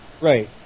Right